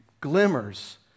glimmers